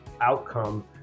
outcome